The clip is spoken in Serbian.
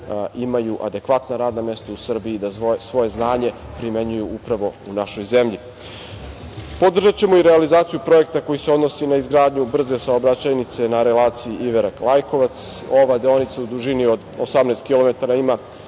imaju adekvatna radna mesta u Srbiji, da svoje znanje primenjuju upravo u našoj zemlji. Podržaćemo i realizaciju projekta koji se odnosi na izgradnju brze saobraćajnice na relaciji Iverak – Lajkovac, ova deonica u dužini od 18 kilometara ima